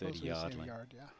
thirty yards my yard yeah